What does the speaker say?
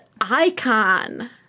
icon